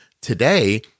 today